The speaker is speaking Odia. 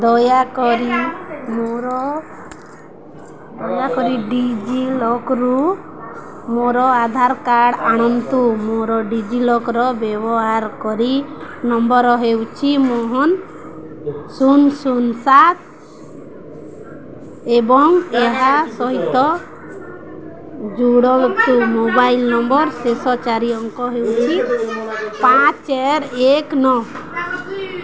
ଦୟାକରି ମୋର ଦୟାକରି ଡିଜିଲକର୍ରୁ ମୋର ଆଧାର କାର୍ଡ଼ ଆଣନ୍ତୁ ମୋର ଡିଜିଲକର୍ ବ୍ୟବହାରକରୀ ନମ୍ବର୍ ହେଉଛି ମୋହନ ଶୂନ ଶୂନ ସାତ ଏବଂ ଏହା ସହିତ ଯୋଡ଼ନ୍ତୁ ମୋବାଇଲ୍ ନମ୍ବର୍ର ଶେଷ ଚାରି ଅଙ୍କ ହେଉଛି ପାଞ୍ଚ ଚାରି ଏକ ନଅ